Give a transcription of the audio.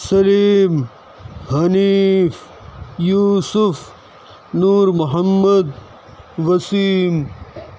Saleem Hanif Yusuf Noor Mohammad Wasim